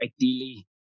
ideally